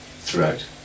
throughout